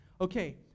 okay